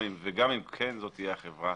וגם אם כן זאת תהיה החברה